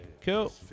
Cool